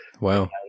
Wow